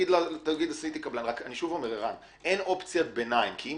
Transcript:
רק שוב, ערן - אין אופציית ביניים, כי אם